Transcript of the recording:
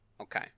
Okay